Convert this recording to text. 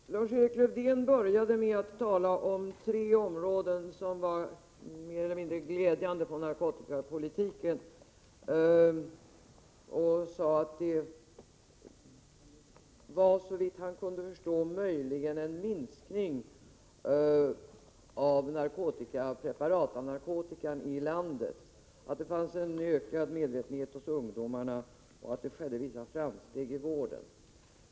Herr talman! Lars-Erik Lövdén började med att tala om tre områden av narkotikapolitiken som uppvisar mer eller mindre glädjande tecken. Han sade att förekomsten av knark möjligen, såvitt han kunde förstå, har minskat i landet, att det finns en ökad medvetenhet hos ungdomarna och att det görs vissa framsteg på vårdområdet.